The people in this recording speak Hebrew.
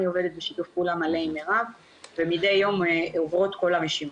אני עובדת בשיתוף פעולה מלא עם מירב ומדי יום עוברות כל הרשימות.